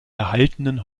erhaltenen